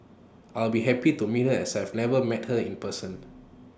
I'll be happy to meet her as I've never met her in person